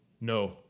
no